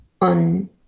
on